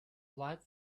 flight